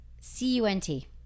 C-U-N-T